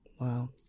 Wow